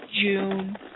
June